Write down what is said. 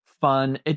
fun